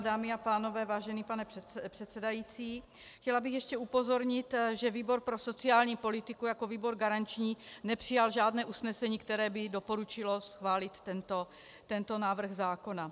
Dámy a pánové, vážený pane předsedající, chtěla bych ještě upozornit, že výbor pro sociální politiku jako výbor garanční nepřijal žádné usnesení, které by doporučilo schválit tento návrh zákona.